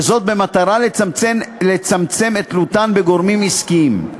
וזאת במטרה לצמצם את תלותן בגורמים עסקיים.